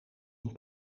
een